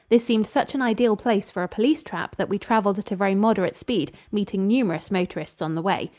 this seemed such an ideal place for a police trap that we traveled at a very moderate speed, meeting numerous motorists on the way.